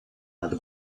над